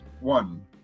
one